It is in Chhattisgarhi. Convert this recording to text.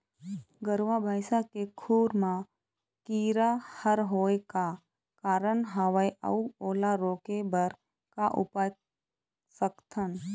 गरवा भैंसा के खुर मा कीरा हर होय का कारण हवए अऊ ओला रोके बर का उपाय कर सकथन?